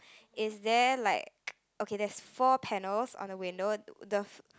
is there like okay there's four panels on the window the